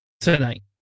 tonight